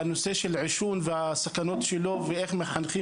בנושא של עישון והסכנות שלו ואיך מחנכים